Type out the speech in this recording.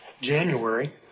January